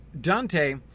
Dante